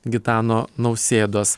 gitano nausėdos